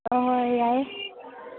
ꯍꯣꯏ ꯍꯣꯏ ꯌꯥꯏꯌꯦ